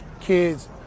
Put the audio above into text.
kids